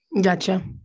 Gotcha